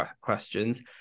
questions